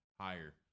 higher